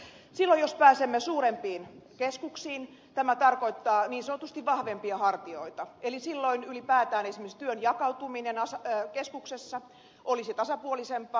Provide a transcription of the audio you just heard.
silloin jos pääsemme suurempiin keskuksiin tämä tarkoittaa niin sanotusti vahvempia hartioita eli silloin ylipäätään esimerkiksi työn jakautuminen keskuksessa olisi tasapuolisempaa